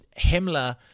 Himmler